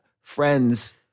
friends